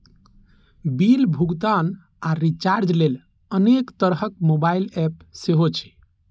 bill भुगतान आ recharge लेल अनेक तरहक मोबाइल एप सेहो छै